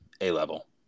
A-level